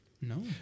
No